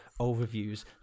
overviews